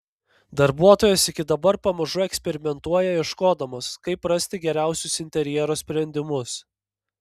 darbuotojos iki dabar pamažu eksperimentuoja ieškodamos kaip rasti geriausius interjero sprendimus